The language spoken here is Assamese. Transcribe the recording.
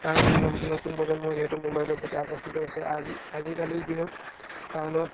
কাৰণ নতুন প্ৰজন্মই যিহেতু মোবাইলৰ প্ৰতি আকৰ্ষিত হৈছে আজি আজিকালিৰ দিনত টাউনত